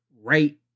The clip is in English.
right